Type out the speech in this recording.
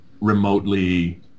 remotely